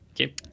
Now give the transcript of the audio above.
Okay